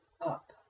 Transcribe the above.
up